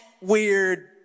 weird